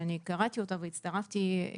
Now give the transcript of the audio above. כשאני קראתי את ההצעה והצטרפתי אליה